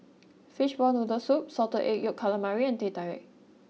Fishball Noodle Soup Salted Egg Yolk Calamari and Teh Tarik